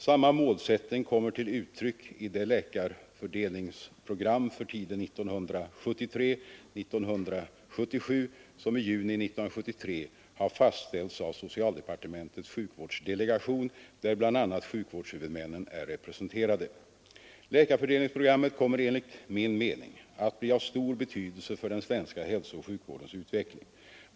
Samma målsättning kommer till uttryck i det läkarfördelningsprogram för tiden 1973-1977, som i juni 1973 har fastställts av socialdepartementets sjukvårdsdelegation, där bl.a, sjukvårdshuvudmännen är representerade. Läkarfördelningsprogrammet kommer enligt min mening att bli av stor betydelse för den svenska hälsooch sjukvårdens utveckling.